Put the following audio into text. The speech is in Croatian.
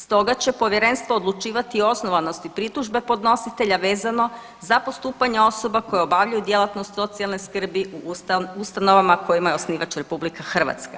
Stoga će povjerenstvo odlučivati o osnovanosti pritužbe podnositelja vezano za postupanja osoba koje obavljaju djelatnost socijalne skrbi u ustanovama kojima je osnivač RH.